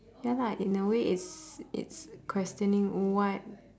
ya lah in a way it's it's questioning what